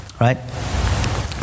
right